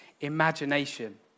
imagination